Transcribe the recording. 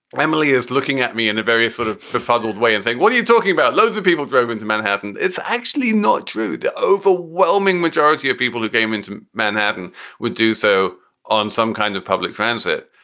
emily is looking at me and the various sort of befuddled way and saying, what are you talking about? loads of people drove into manhattan. it's actually not true. the overwhelming majority of people who came into manhattan would do so on some kind of public transit.